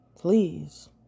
please